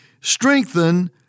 strengthen